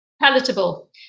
palatable